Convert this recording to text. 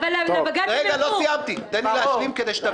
תן לי להשלים כדי להבין.